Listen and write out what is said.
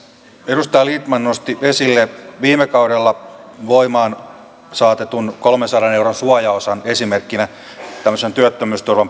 edustaja lindtman nosti esille viime kaudella voimaan saatetun kolmensadan euron suojaosan esimerkkinä tämmöisen työttömyysturvan